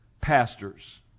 pastors